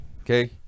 okay